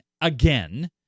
again